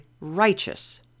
righteous